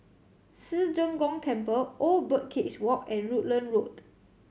Ci Zheng Gong Temple Old Birdcage Walk and Rutland Road